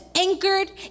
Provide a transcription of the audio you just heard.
anchored